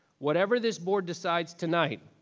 whatever this board decides tonight